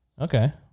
Okay